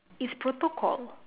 it's protocol